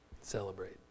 celebrate